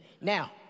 Now